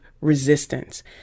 resistance